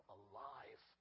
alive